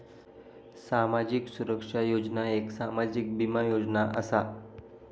सामाजिक सुरक्षा योजना एक सामाजिक बीमा योजना असा